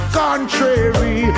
contrary